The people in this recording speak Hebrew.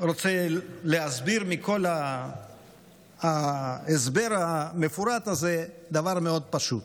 רוצה להסביר מכל ההסבר המפורט הזה דבר מאוד פשוט.